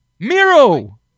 Miro